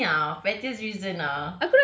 me ah pettiest reason ah